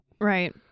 right